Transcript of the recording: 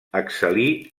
excel·lí